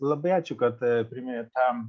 labai ačiū kad priminėt tą